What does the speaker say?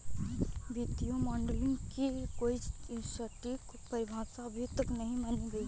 वित्तीय मॉडलिंग की कोई सटीक परिभाषा अभी तक नहीं मानी गयी है